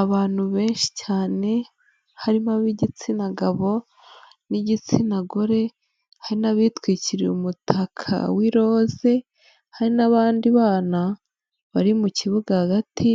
Abantu benshi cyane, harimo ab'igitsina gabo n'igitsina gore, hari n'abitwikiriye umutaka w'iroze, hari n'abandi bana bari mu kibuga hagati,